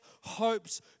hopes